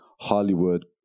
Hollywood